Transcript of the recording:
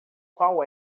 qual